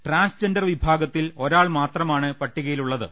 transgender വിഭാഗത്തിൽ ഒരാൾ മാത്രമാണ് പട്ടികയിൽ ഉൾപ്പെട്ടത്